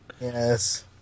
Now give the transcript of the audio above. Yes